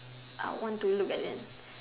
I want to look at them